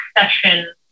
session